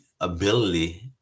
ability